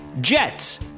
Jets